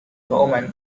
woman